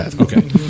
Okay